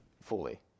fully